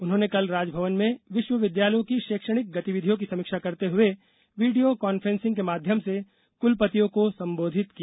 उन्होंने कल राजभवन में विश्वविद्यालयों की शैक्षणिक गतिविधियों की समीक्षा करते हुए वीडियो कॉन्फ्रेंसिंग के माध्यम से कुलपतियों को संबोधित किया